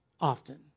often